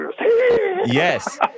Yes